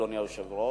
אדוני היושב-ראש,